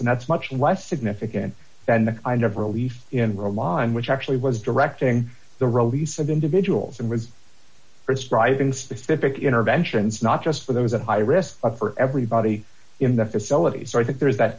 and that's much less significant than the kind of relief we're line which actually was directing the release of individuals and was prescribing specific interventions not just for those at high risk for everybody in the facilities i think there is that